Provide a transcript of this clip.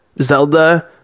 zelda